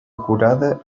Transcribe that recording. acurada